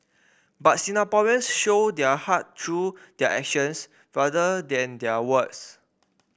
but Singaporeans show their heart through their actions rather than their words